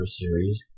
series